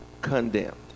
condemned